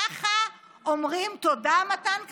ככה אומרים תודה, מתן כהנא?